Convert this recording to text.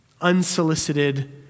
Unsolicited